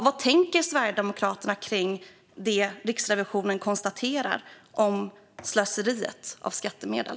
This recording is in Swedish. Vad tänker Sverigedemokraterna kring det Riksrevisionen konstaterar om slöseriet med skattemedel?